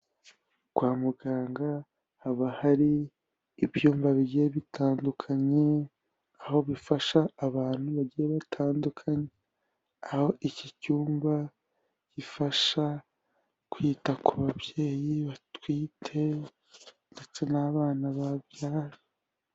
Kwa muganga haba hari ibyumba bigiye bitandukanye, aho bifasha abantu bagiye batandukanye, aho iki cyumba gifasha kwita ku babyeyi batwite ndetse n'abana babyara.